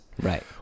Right